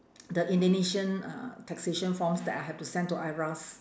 the indonesian uh taxation forms that I have to send to IRAS